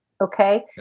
Okay